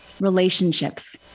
relationships